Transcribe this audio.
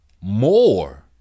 more